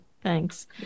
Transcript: Thanks